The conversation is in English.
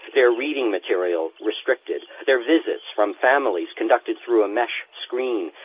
their reading material restricted, their visits from families conducted through a mesh screen,